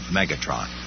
Megatron